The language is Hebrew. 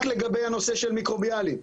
רק לגבי הנושא של מיקרוביאלי.